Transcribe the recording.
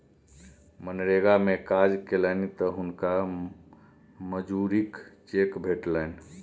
मनरेगा मे काज केलनि तँ हुनका मजूरीक चेक भेटलनि